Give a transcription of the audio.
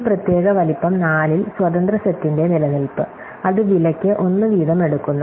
ഈ പ്രത്യേക വലിപ്പം 4 ൽ സ്വതന്ത്ര സെറ്റിന്റെ നിലനിൽപ്പ് അത് വിലയ്ക്ക് 1 വീതം എടുക്കുന്നു